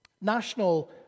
National